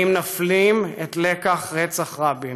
האם נפנים את לקח רצח רבין?